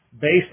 based